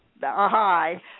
Hi